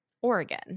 oregon